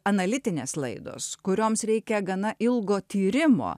analitinės laidos kurioms reikia gana ilgo tyrimo